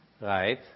right